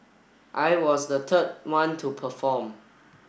I was the third one to perform